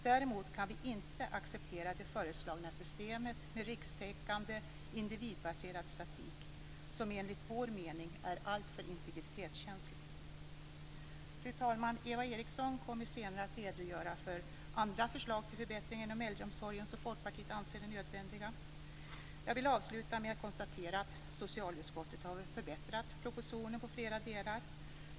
Däremot kan vi inte acceptera det föreslagna systemet med rikstäckande individbaserad statistik som enligt vår mening är alltför integritetskänslig. Fru talman! Eva Eriksson kommer senare att redogöra för andra förslag till förbättringar inom äldreomsorgen som Folkpartiet anser är nödvändiga. Jag vill avsluta med att konstatera att socialutskottet har förbättrat propositionen i flera delar.